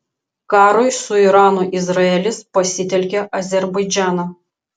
karui su iranu izraelis pasitelkia azerbaidžaną